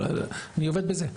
אני עובד בזה.